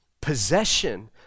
possession